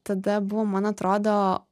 tada buvo man atrodo